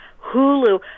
Hulu